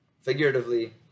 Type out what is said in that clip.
figuratively